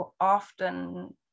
often